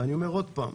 ואני אומר עוד פעם,